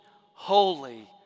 holy